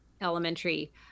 elementary